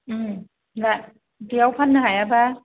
बेयाव फान्नो हायाबा